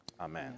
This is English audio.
Amen